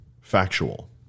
factual